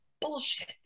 bullshit